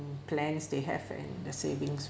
plans they have and the savings